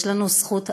יש לנו זכות אבות,